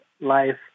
life